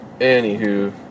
anywho